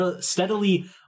steadily